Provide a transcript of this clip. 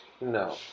No